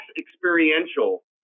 experiential